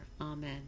Amen